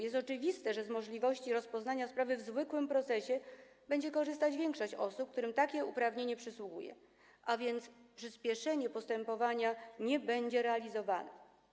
Jest oczywiste, że z możliwości rozpoznania sprawy w zwykłym procesie będzie korzystać większość osób, którym takie uprawnienie przysługuje, a więc przyspieszenie postępowania nie będzie realizowane.